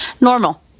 normal